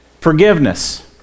Forgiveness